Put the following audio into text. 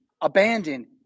abandon